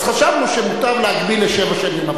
אז חשבנו שמוטב להגביל לשבע שנים.